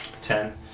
Ten